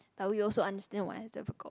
but we also understand why it's difficult